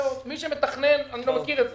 מי שמתכנן מכיר את זה.